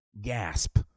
Gasp